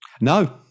no